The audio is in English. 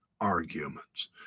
arguments